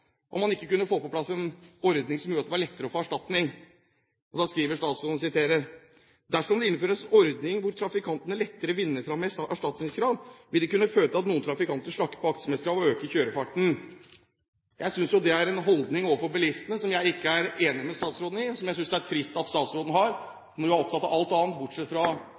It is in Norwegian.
om vi kunne få en bedre ordning som gjorde at vi når staten har ansvaret for at det skjer uhell med bil bl.a., kunne få på plass en ordning som gjorde at det var lettere å få erstatning, skriver statsråden i sitt svar til meg: «Dersom det innføres en ordning hvor trafikantene lettere vinner frem mer erstatningskrav, vil det kunne føre til at noen trafikanter slakker av på aktsomhetskravet og øker kjørefarten.» Det er en holdning overfor bilistene som jeg ikke er enig med statsråden i, og som jeg synes det er trist at statsråden har,